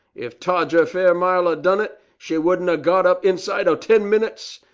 if todger fairmile'd done it, she wouldn't a got up inside o ten minutes,